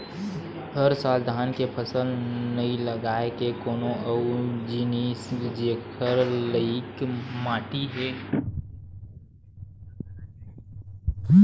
हर साल धान के फसल नइ लगा के कोनो अउ जिनिस जेखर लइक माटी हे तेन फसल लगाना चाही